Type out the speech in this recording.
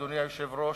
אדוני היושב-ראש,